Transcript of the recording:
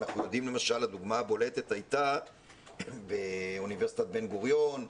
הדוגמה הבולטת הייתה אוניברסיטת בן גוריון,